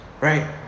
Right